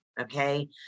okay